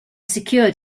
secured